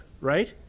right